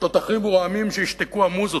התותחים רועמים שישתקו המוזות.